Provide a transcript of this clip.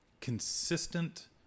consistent